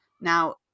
now